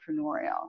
entrepreneurial